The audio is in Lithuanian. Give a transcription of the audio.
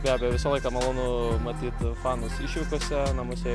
be abejo visą laiką malonu matyt fanus išvykose namuose